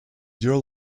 deer